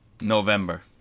November